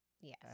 yes